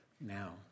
now